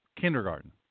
kindergarten